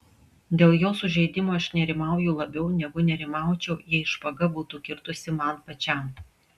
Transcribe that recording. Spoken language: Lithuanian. dėl jo sužeidimo aš nerimauju labiau negu nerimaučiau jei špaga būtų kirtusi man pačiam